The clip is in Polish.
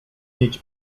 mieć